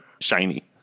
shiny